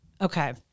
Okay